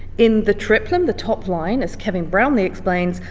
in the triplum, the top line, as kevin brownlee explains,